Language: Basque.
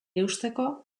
eusteko